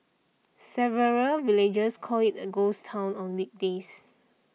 several villagers call it a ghost town on weekdays